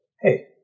hey